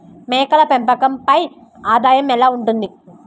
మేకల పెంపకంపై ఆదాయం ఎలా ఉంటుంది?